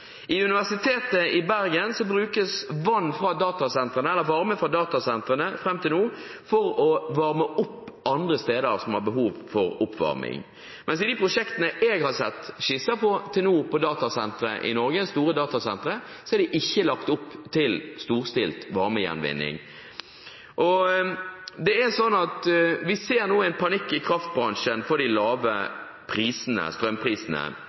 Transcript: Universitetet i Bergen brukes varme fra datasentrene til å varme opp andre steder som har behov for oppvarming. Men i de prosjektene for store datasentre i Norge jeg har sett skisser av til nå, er det ikke lagt opp til storstilt varmegjenvinning. Vi ser nå en panikk i kraftbransjen på grunn av de lave strømprisene,